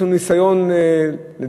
יש לנו ניסיון חינם,